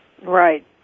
Right